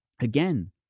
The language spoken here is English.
again